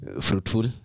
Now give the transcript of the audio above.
Fruitful